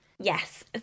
Yes